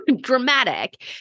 dramatic